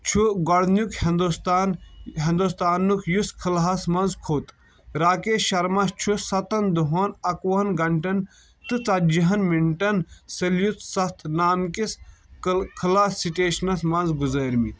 چھُ گۄڈنیُک ہندُوستان ہندُوستانُک یُس خلہ ہس منٛز کھوٚت راکیش شرما چھُ ستَن دُہن اَکوہَن گنٹن تہ ژتہٕ جیہن منٹن سلیٖت ستھ نان کس کلہٕ خلہ سٹیشنس منٛز گزٲرۍمِتۍ